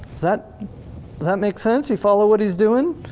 that that make sense, you follow what he's doing?